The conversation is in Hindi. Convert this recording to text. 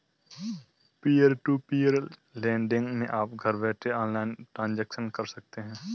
पियर टू पियर लेंड़िग मै आप घर बैठे ऑनलाइन ट्रांजेक्शन कर सकते है